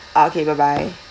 ah okay bye bye